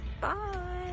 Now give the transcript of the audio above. bye